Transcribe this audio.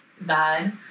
bad